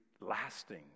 lasting